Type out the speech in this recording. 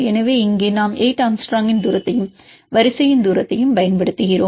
எனவே இங்கே நாம் 8 ஆங்ஸ்ட்ரோமின் தூரத்தையும் வரிசையின் தூரத்தையும் பயன்படுத்துகிறோம்